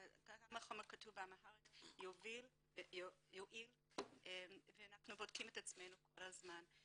גם חומר כתוב באמהרית יוביל ויועיל ואנחנו בודקים את עצמנו כל הזמן.